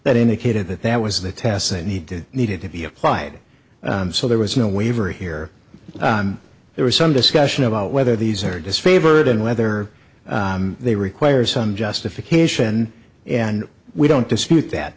that indicated that that was the test they needed needed to be applied so there was no waiver here there was some discussion about whether these are disfavored and whether they require some justification and we don't dispute that